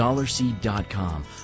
Dollarseed.com